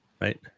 right